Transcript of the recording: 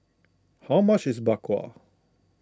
how much is Bak Kwa